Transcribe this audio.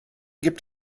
gibt